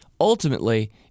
ultimately